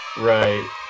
Right